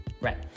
Right